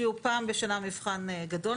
שיהיה פעם בשנה מבחן גדול,